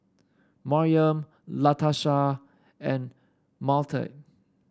Maryam Latasha and Mathilde